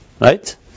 Right